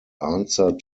answer